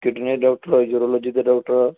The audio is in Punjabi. ਕਿਡਨੀ ਦੇ ਡੋਕਟਰ ਯੁਰੂਲੋਜੀ ਦੇ ਡੋਕਟਰ